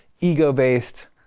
ego-based